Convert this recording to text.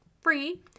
free